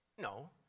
No